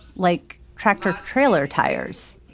like tractor-trailer tires.